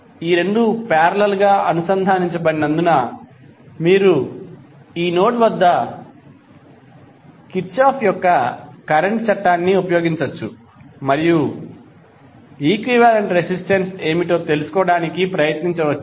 ఈ రెండూ పారేలల్ గా అనుసంధానించబడినందున మీరు ఈ నోడ్ వద్ద కిర్చోఫ్ యొక్క కరెంట్ చట్టాన్ని ఉపయోగించవచ్చు మరియు ఈక్వివాలెంట్ రెసిస్టెన్స్ ఏమిటో తెలుసుకోవడానికి ప్రయత్నించవచ్చు